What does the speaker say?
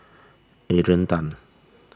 Adrian Tan